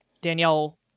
danielle